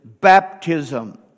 baptism